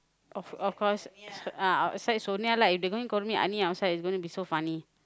of of course ah outside Sonia lah if they call me Ani outside it's gonna be so funny